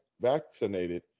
vaccinated